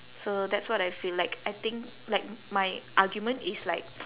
so that's what I feel like I think like my argument is like